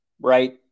right